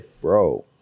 Bro